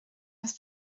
das